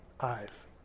eyes